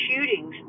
shootings